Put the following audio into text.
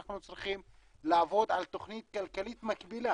אנחנו צריכים לעבוד על תוכנית כלכלית מקבילה